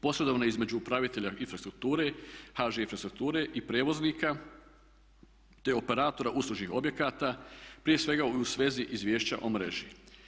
Posredovno između upravitelja infrastrukture, HŽ Infrastrukture i prijevoznika, te operatora uslužnih objekata prije svega i u svezi izvješća o mreži.